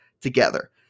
together